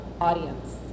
audience